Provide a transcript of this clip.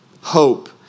hope